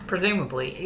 Presumably